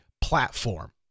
platform